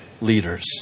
leaders